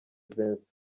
vincent